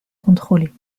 contrôlé